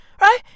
right